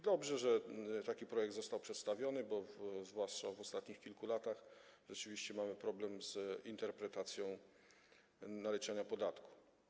Dobrze, że taki projekt został przedstawiony, bo zwłaszcza w ostatnich kilku latach rzeczywiście mamy problem z interpretacją naliczania podatku.